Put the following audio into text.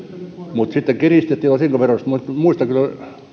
mutta sitten kiristettiin osinkoveroa mutta muistan kyllä